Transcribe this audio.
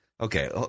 Okay